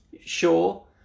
Sure